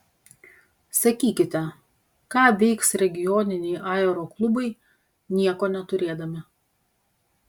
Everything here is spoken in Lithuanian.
sakykite ką veiks regioniniai aeroklubai nieko neturėdami